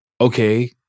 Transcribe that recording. okay